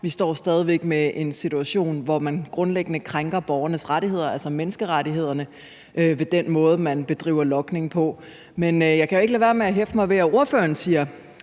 Vi står stadig væk med en situation, hvor man grundlæggende krænker borgernes rettigheder, altså menneskerettighederne, ved den måde, man bedriver logning på. Men jeg kan jo ikke lade være med at hæfte mig ved, at ordføreren siger,